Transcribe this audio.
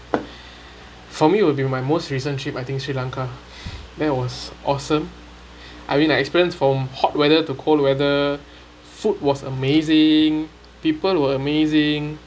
for me would be my most recent trip I think sri lanka that was awesome I mean I experience from hot weather too cold weather food was amazing people were amazing